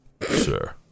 sir